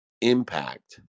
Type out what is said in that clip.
impact